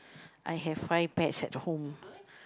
I have five pets at home